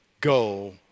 go